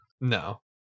No